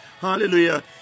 Hallelujah